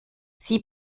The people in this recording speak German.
sie